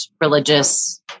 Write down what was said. religious